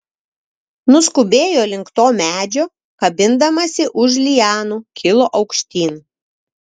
nuskubėjo link to medžio kabindamasi už lianų kilo aukštyn